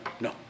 no